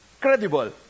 credible